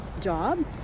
job